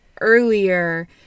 earlier